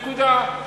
נקודה.